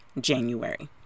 January